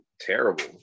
terrible